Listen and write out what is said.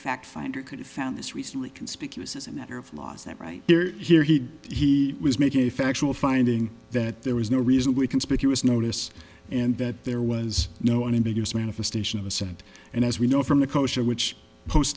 fact finder could have found this recently conspicuous as a matter of law is that right here he he was making a factual finding that there was no reason we conspicuous notice and that there was no one in the us manifestation of assent and as we know from the question which post